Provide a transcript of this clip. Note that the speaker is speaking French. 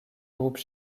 groupes